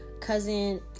cousin